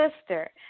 sister